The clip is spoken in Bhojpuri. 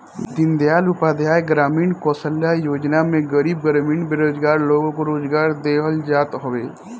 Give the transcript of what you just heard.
दीनदयाल उपाध्याय ग्रामीण कौशल्य योजना में गरीब ग्रामीण बेरोजगार लोग को रोजगार देहल जात हवे